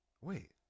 Wait